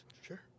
Sure